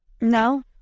No